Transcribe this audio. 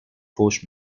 فحش